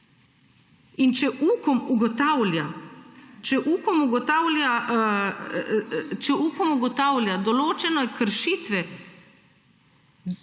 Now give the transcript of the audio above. če Ukom ugotavlja določena kršitve,